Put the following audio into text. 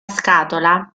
scatola